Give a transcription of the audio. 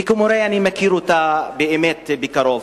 וכמורה אני מכיר אותה באמת מקרוב.